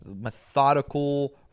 methodical